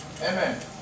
Amen